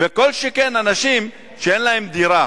וכל שכן אין להם דירה.